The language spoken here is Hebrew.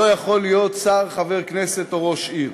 הוא לא יכול להיות שר, חבר כנסת או ראש עיר.